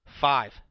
five